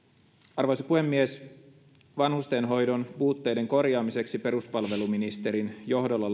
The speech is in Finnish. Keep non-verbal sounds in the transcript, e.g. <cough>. arvoisa puhemies vanhustenhoidon puutteiden korjaamiseksi laadittiin peruspalveluministerin johdolla <unintelligible>